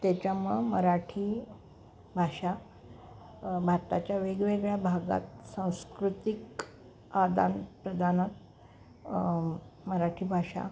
त्याच्यामुळं मराठी भाषा भारताच्या वेगवेगळ्या भागात सांस्कृतिक आदान प्रदान मराठी भाषा